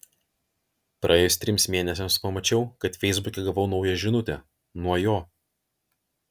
praėjus trims mėnesiams pamačiau kad feisbuke gavau naują žinutę nuo jo